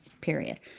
period